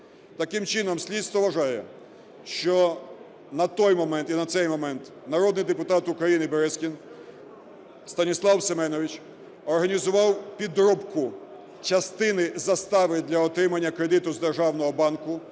Таким чином, слідство вважає, що на той момент і на цей момент народний депутат України Березкін Станіслав Семенович організував підробку частини застави для отримання кредиту з державного банку,